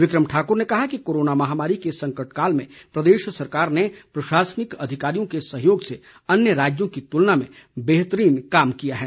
बिक्रम ठाक्र ने कहा कि कोरोना महामारी के संकटकाल में प्रदेश सरकार ने प्रशासनिक अधिकारियों के सहयोग से अन्य राज्यों की तुलना में बेहतरीन कार्य किया है